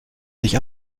sich